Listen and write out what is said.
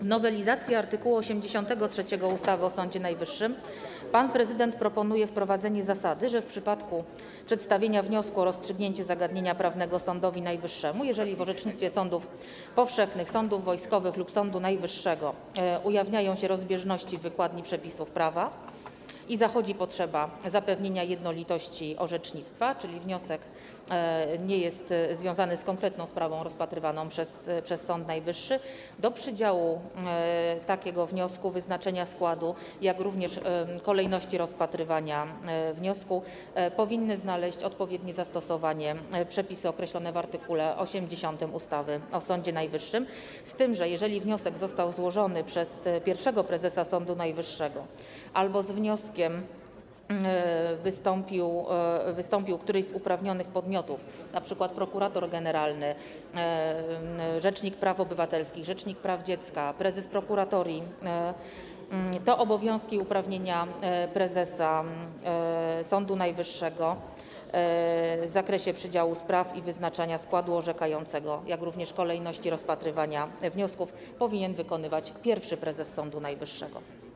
W nowelizacji art. 83 ustawy o Sądzie Najwyższym pan prezydent proponuje wprowadzenie zasady, że w przypadku przedstawienia wniosku o rozstrzygnięcie zagadnienia prawnego Sądowi Najwyższemu, jeżeli w orzecznictwie sądów powszechnych, sądów wojskowych lub Sądu Najwyższego ujawniają się rozbieżności w zakresie wykładni przepisów prawa i zachodzi potrzeba zapewnienia jednolitości orzecznictwa - czyli wniosek nie jest związany z konkretną sprawą rozpatrywaną przez Sąd Najwyższy - do przydziału takiego wniosku oraz wyznaczenia składu, jak również do kolejności rozpatrywania wniosku powinny znaleźć odpowiednie zastosowanie przepisy określone w art. 80 ustawy o Sądzie Najwyższym, z tym że jeżeli wniosek został złożony przez pierwszego prezesa Sądu Najwyższego albo z wnioskiem wystąpił któryś z uprawnionych podmiotów, np. prokurator generalny, rzecznik praw obywatelskich, rzecznik praw dziecka, prezes prokuratorii, to obowiązki i uprawnienia prezesa Sądu Najwyższego w zakresie przydziału spraw oraz wyznaczania składu orzekającego, jak również kolejności rozpatrywania wniosków powinien wykonywać pierwszy prezes Sądu Najwyższego.